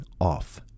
off